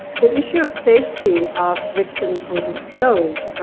the issue of safety of victims who disclose,